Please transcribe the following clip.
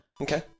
Okay